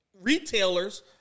retailers